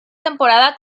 temporada